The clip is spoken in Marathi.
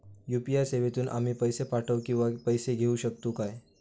यू.पी.आय सेवेतून आम्ही पैसे पाठव किंवा पैसे घेऊ शकतू काय?